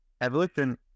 Evolution